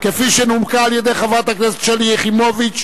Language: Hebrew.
כפי שנומקה על-ידי חברת הכנסת שלי יחימוביץ,